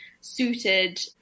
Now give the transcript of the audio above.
suited